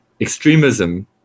extremism